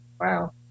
wow